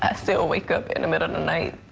ah so wake up in the middle of the night.